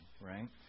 right